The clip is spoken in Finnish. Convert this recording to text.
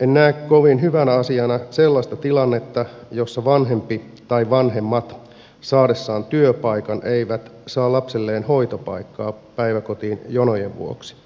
en näe kovin hyvänä asiana sellaista tilannetta jossa vanhempi tai vanhemmat saadessaan työpaikan eivät saa lapselleen hoitopaikkaa päiväkotiin jonojen vuoksi